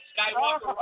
Skywalker